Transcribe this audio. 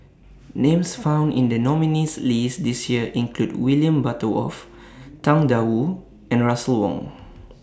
Names found in The nominees' list This Year include William Butterworth Tang DA Wu and Russel Wong